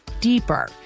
deeper